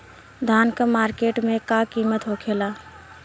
धान क मार्केट में का कीमत होखेला?